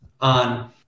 on